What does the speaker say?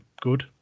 good